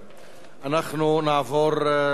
אנחנו נעבור לנושא הבא,